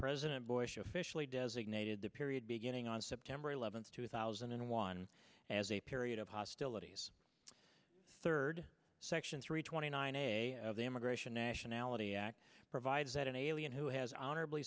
president bush officially designated the period beginning on september eleventh two thousand and one as a period of hostilities third section three twenty nine a of the immigration nationality act provides that an alien who has honorabl